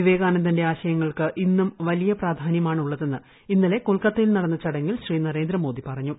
വിവേകാന്ദന്റെ ആശയങ്ങൾക്ക് ഇന്നും വലിയ പ്രാധാനൃമാണുള്ളതെന്ന് ഇന്നലെ ഏകാൽക്കത്തയിൽ നടന്ന ചടങ്ങിൽ ശ്രീ നരേന്ദ്രമോദി പ്പിറ്റ്ഞ്ഞു